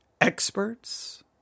experts